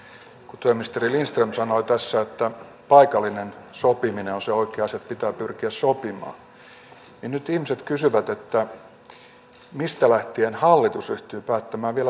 kun työministeri lindström sanoi tässä että paikallinen sopiminen on se oikea asia että pitää pyrkiä sopimaan niin nyt ihmiset kysyvät mistä lähtien hallitus ryhtyy päättämään vielä työehdoistakin